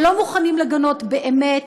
שלא מוכנים לגנות באמת,